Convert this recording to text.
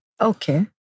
Okay